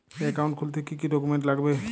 Account খুলতে কি কি ডকুমেন্ট লাগবে?